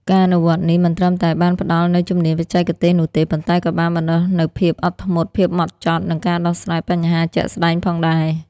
ការអនុវត្តន៍នេះមិនត្រឹមតែបានផ្តល់នូវជំនាញបច្ចេកទេសនោះទេ ប៉ុន្តែក៏បានបណ្តុះនូវភាពអត់ធ្មត់ ភាពហ្មត់ចត់ និងការដោះស្រាយបញ្ហាជាក់ស្តែងផងដែរ។